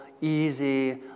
easy